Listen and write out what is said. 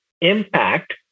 impact